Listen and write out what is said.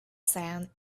sand